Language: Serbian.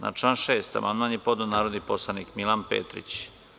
Na član 6. amandman je podneo narodni poslanik Milan Petrić.